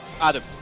Adam